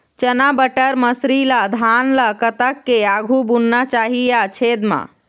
चना बटर मसरी ला धान ला कतक के आघु बुनना चाही या छेद मां?